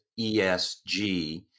ESG